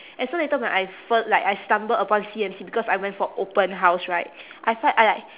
and so later when I fir~ like I stumbled upon C_M_C because I went for open house right I felt I like